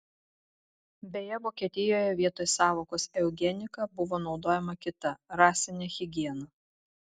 beje vokietijoje vietoj sąvokos eugenika buvo naudojama kita rasinė higiena